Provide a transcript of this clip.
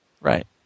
Right